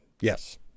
yes